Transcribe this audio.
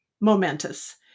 momentous